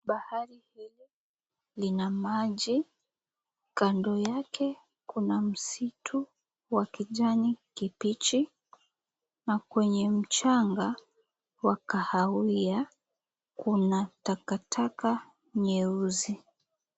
Bahari hili lina maji kando yake kuna msitu wa kijani kibichi na kwenye mchanga wa kahawia kuna takataka nyeusi.